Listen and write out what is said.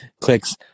clicks